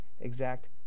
exact